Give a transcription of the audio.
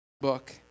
book